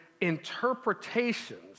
interpretations